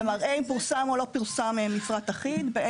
זה מראה אם פורסם מפרט אחיד או לא,